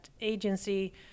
agency